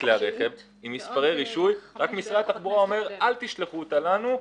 כלי הרכב עם מספרי רישוי רק משרד התחבורה אומר: אל תשלחו אותה לנו.